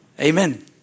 Amen